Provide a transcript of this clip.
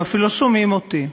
הם אפילו לא שומעים אותי.